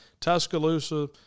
Tuscaloosa